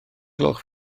gloch